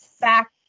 back